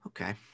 Okay